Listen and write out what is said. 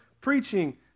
preaching